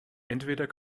entweder